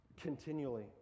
Continually